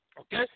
Okay